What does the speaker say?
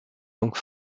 donc